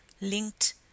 linked